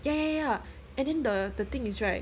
ya ya ya and then the the thing is right